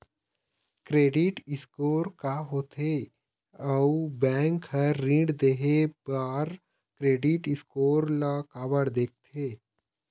Credit score का होथे अउ बैंक हर ऋण देहे बार क्रेडिट स्कोर ला काबर देखते?